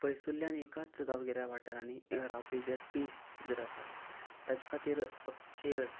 पयसुल्ल्यान एकाच गांवगिऱ्या वाठारांनी रावपी व्यक्ती जर आसा ताचे खातीर खेळ